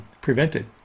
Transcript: prevented